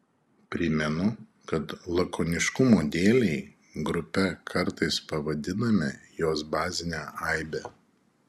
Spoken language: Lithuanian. primenu kad lakoniškumo dėlei grupe kartais pavadiname jos bazinę aibę